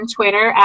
Twitter